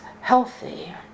healthy